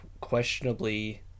questionably